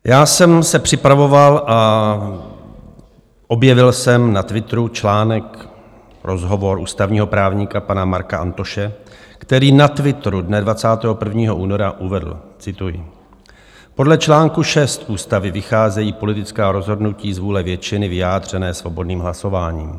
Já jsem se připravoval a objevil jsem na Twitteru článek, rozhovor ústavního právníka pana Marka Antoše, který na Twitteru dne 21. února uvedl cituji: Podle článku 6 ústavy vycházejí politická rozhodnutí z vůle většiny vyjádřené svobodným hlasováním.